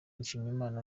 nshimiyimana